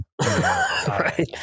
Right